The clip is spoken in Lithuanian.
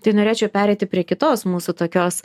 tai norėčiau pereiti prie kitos mūsų tokios